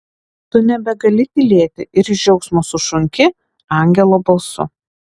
tu nebegali tylėti ir iš džiaugsmo sušunki angelo balsu